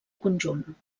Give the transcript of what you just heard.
conjunt